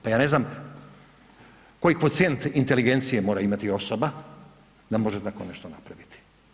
Pa ja ne znam koji kvocijent inteligencije mora imati osoba da može tako nešto napraviti.